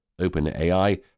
OpenAI